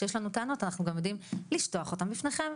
כשיש לנו טענות אנחנו גם יודעים לפתוח אותן בפניכם,